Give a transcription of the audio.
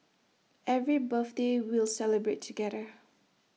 every birthday we'll celebrate together